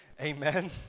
amen